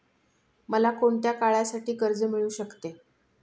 मला कोणत्या काळासाठी कर्ज मिळू शकते?